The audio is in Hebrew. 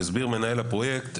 יסביר מנהל הפרויקט,